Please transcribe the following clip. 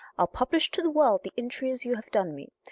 i'll publish to the world the injuries you have done me,